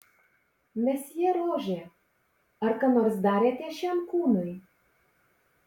mesjė rožė ar ką nors darėte šiam kūnui